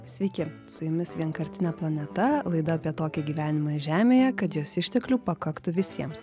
sveiki su jumis vienkartinė planeta laida apie tokį gyvenimą žemėje kad jos išteklių pakaktų visiems